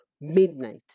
midnight